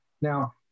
Now